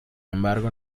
embargo